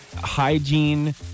Hygiene